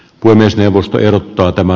puhemiesneuvosto ehdottaa tämä